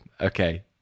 Okay